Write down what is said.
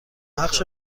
بخش